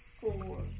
Four